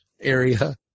area